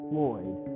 Floyd